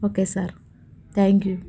okay sir thank you